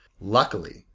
Luckily